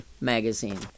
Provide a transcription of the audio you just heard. magazine